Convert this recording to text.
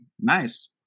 Nice